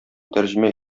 тәрҗемә